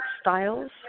styles